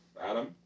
Adam